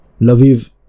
Lviv